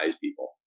people